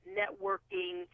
networking